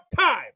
time